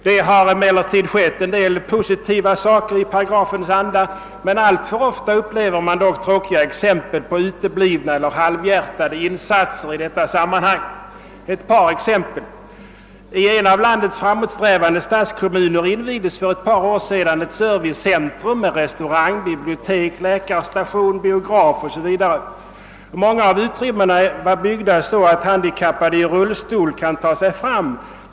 Det har dock skett en del positiva ting i paragrafens anda, men alltför ofta upplever man tråkiga exempel på uteblivna eller halvhjärtade insatser i det sammanhanget. Jag kan här ta ett par exempel. I en av landets framåtsträvande stadskommuner invigdes för ett par år sedan ett servicecentrum av medborgarhuskaraktär med restaurang, bibliotek, läkarstation, biograf etc. Många av lokaliteterna är byggda så att handikappade i rullstol kan ta sig fram.